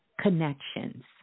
connections